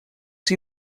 see